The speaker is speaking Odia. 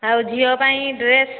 ଆଉ ଝିଅ ପାଇଁ ଡ୍ରେସ